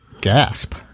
gasp